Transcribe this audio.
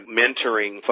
mentoring